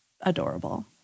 adorable